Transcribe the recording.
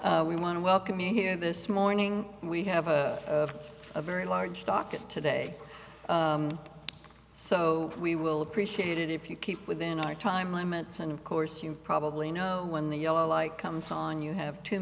we want to welcome you here this morning we have a very large docket today so we will appreciate it if you keep within our time limits and of course you probably know when the yellow like comes on you have two